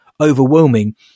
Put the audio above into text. overwhelming